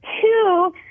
two